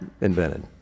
invented